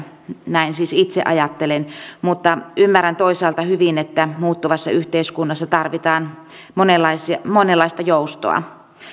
näin siis itse ajattelen mutta ymmärrän toisaalta hyvin että muuttuvassa yhteiskunnassa tarvitaan monenlaista joustoa